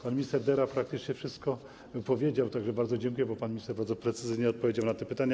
Pan minister Dera praktycznie wszystko powiedział, tak że bardzo dziękuję, bo pan minister bardzo precyzyjnie odpowiedział na te pytania.